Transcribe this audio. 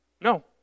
no